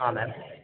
ಹಾಂ ಮ್ಯಾಮ್